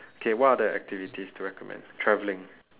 okay what other activities to recommend travelling